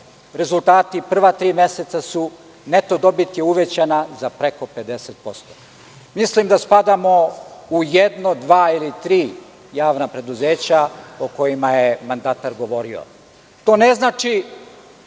rezultati prva tri meseca su, neto dobit je uvećana za preko 50%. Mislim da spadamo u jedno, dva ili tri javna preduzeća o kojima je mandatar govorio. To ne znači